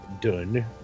done